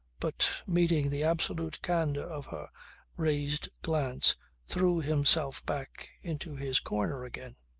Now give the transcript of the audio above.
but meeting the absolute candour of her raised glance threw himself back into his corner again.